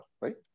right